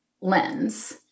lens